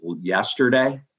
yesterday